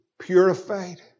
purified